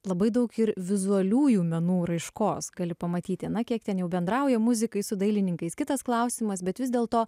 labai daug ir vizualiųjų menų raiškos gali pamatyti na kiek ten jau bendrauja muzikai su dailininkais kitas klausimas bet vis dėlto